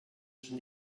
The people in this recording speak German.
schon